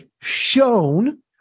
shown